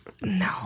No